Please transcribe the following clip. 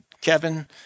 Kevin